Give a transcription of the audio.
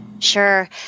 Sure